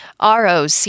ROC